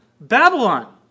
Babylon